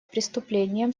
преступлением